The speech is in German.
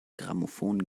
grammophon